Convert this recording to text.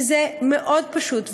וזה פשוט מאוד.